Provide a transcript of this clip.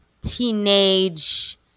teenage